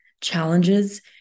challenges